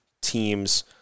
teams